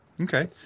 Okay